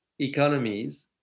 economies